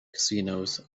casinos